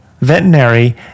veterinary